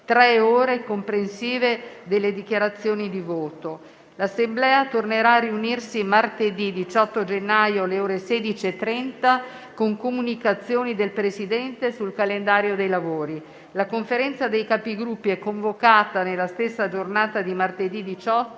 tre ore comprensive delle dichiarazioni di voto. L'Assemblea tornerà a riunirsi martedì 18 gennaio, alle ore 16,30, con le comunicazioni del Presidente sul calendario dei lavori. La Conferenza dei Capigruppo è convocata nella stessa giornata di martedì 18,